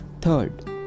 Third